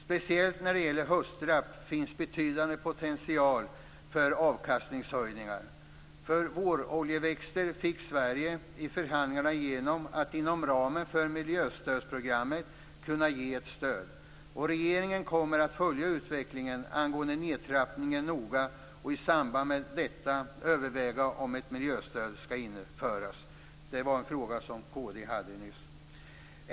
Speciellt när det gäller höstraps finns betydande potential för avkastningsökningar. För våroljeväxter fick Sverige i förhandlingarna igenom att man inom ramen för miljöstödsprogrammet skulle kunna ge ett stöd. Regeringen kommer att följa utvecklingen angående nedtrappningen noga och i samband med detta överväga om ett miljöstöd skall införas. Kd hade nyss en fråga om detta.